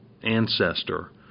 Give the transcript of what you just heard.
ancestor